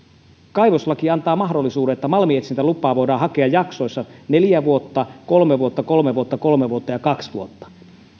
kaivoslaki antaa mahdollisuuden että malminetsintälupaa voidaan hakea jaksoissa neljä vuotta kolme vuotta kolme vuotta kolme vuotta ja kaksi vuotta